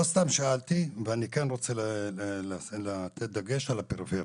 לא סתם שאלתי ואני כן רוצה לתת דגש על הפריפריה.